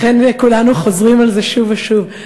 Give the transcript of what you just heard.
לכן כולנו חוזרים על זה שוב ושוב.